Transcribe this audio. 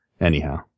anyhow